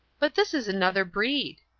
but this is another breed.